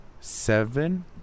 Seven